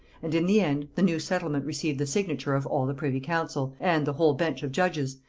and in the end the new settlement received the signature of all the privy council, and the whole bench of judges,